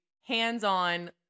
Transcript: hands-on